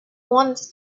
want